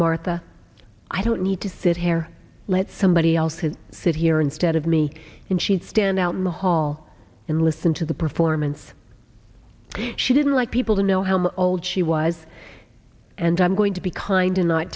martha i don't need to sit here let somebody else who sit here instead of me and she'd stand out in the hall and listen to the performance she didn't like people to know how old she was and i'm going to be kind and